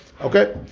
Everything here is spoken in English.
Okay